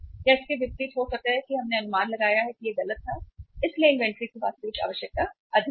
या इसके विपरीत हो सकता है कि हमने अनुमान लगाया है कि यह गलत था इसलिए इन्वेंट्री की वास्तविक आवश्यकता अधिक थी